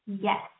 Yes